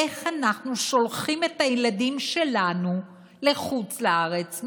איך אנחנו שולחים את הילדים שלנו לחוץ לארץ,